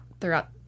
throughout